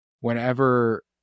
whenever